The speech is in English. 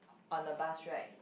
on the bus ride